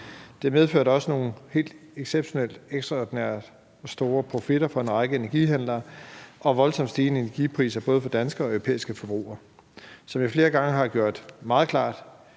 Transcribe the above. Det medførte også nogle helt ekstraordinært store profitter for en række energihandlere og voldsomt stigende energipriser for både danske og europæiske forbrugere. Som jeg flere gange har gjort meget klart,